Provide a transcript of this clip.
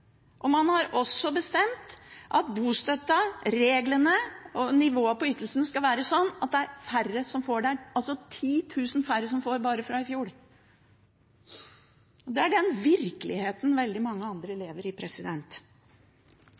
bestemt. Man har også bestemt at bostøtta, reglene og nivået på ytelsen skal være sånn at det er færre som får – det er altså 10 000 færre som får, bare fra i fjor. Det er den virkeligheten veldig mange andre lever i.